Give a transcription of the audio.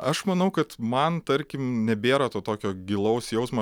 aš manau kad man tarkim nebėra to tokio gilaus jausmo